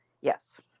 Yes